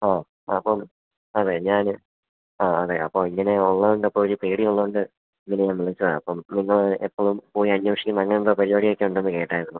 ഓ അപ്പം അതെ ഞാന് ആ അതെ അപ്പോള് ഇങ്ങനെ ഉള്ളതുകൊണ്ടപ്പോള് ഒരു പേടിയുള്ളതുകൊണ്ട് ഇങ്ങനെ ഞാന് വിളിച്ചതാണ് അപ്പം നിങ്ങള് എപ്പോഴും പോയി അന്വേഷിക്കും അങ്ങനത്തെ പരിപാടിയൊക്കെയുണ്ടെന്ന് കേട്ടായിരുന്നു